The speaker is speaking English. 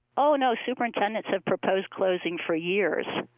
oh no, superintendents have proposed closing for years.